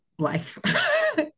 Life